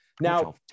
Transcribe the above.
Now